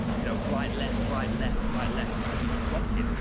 you know, right-left, right-left, right-left because he's rocking.